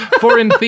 foreign